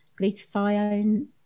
Glutathione